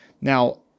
Now